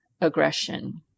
aggression